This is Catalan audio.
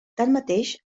tanmateix